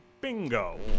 Bingo